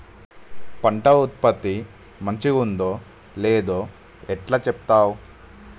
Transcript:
పంట ఉత్పత్తి మంచిగుందో లేదో ఎట్లా చెప్తవ్?